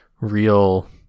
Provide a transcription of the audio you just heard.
real